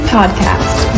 Podcast